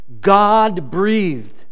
God-breathed